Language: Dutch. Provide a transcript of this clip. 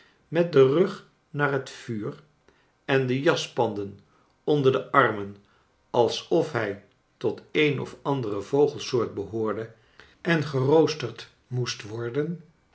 met den rug naar het vuur en de jaspanden onder de armen alsof hij tot een of andere vogelsoort behoorde en geroosterd moest worden